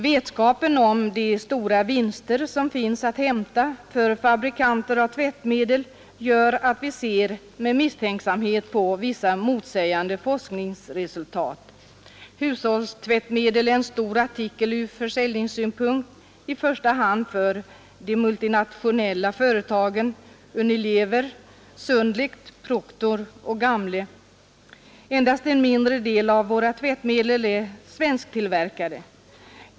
Vetskapen om de stora vinster som finns att hämta för fabrikanter av tvättmedel gör att vi ser med misstänksamhet på vissa motsägande forskningsresultat. Hushållstvättmedel är en stor artikel ur försäljningssynpunkt, i första hand för de multinationella företagen Unilever, Sunlight och Procter & Gamble. Endast en mindre del av våra tvättmedel är svensktillverkade.